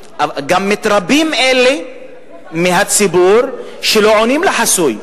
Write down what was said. מתרבים אלה מהציבור שלא עונים למספר חסוי,